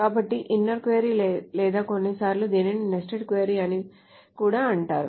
కాబట్టి inner query లేదా కొన్నిసార్లు దీనిని నెస్టెడ్ క్వరీ అని కూడా అంటారు